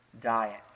diet